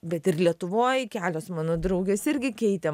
bet ir lietuvoj kelios mano draugės irgi keitė